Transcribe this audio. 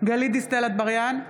גלית דיסטל אטבריאן,